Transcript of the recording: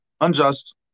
unjust